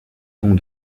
tons